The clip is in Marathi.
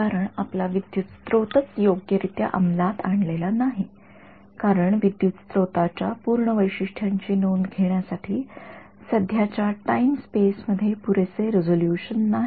कारण आपला विद्युतप्रवाह स्त्रोत च योग्य रित्या अंमलात आणलेला नाही कारण विद्युतप्रवाह स्त्रोताच्या पूर्ण वैशिष्ट्यांची नोंद घेण्यासाठी सध्याच्या टाईम स्टेप मध्ये पुरेसे रिझोल्युशन नाही